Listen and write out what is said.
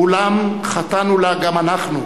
ואולם, חטאנו לה גם אנחנו,